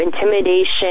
intimidation